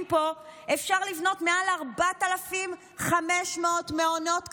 פה אפשר לבנות מעל 4,500 מעונות כאלה.